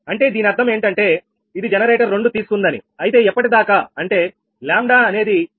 అంటే దీని అర్థం ఏంటంటే ఇది జనరేటర్ 2 తీసుకుందని అయితే ఎప్పటిదాకా అంటే λ అనేది 46